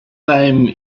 name